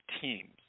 teams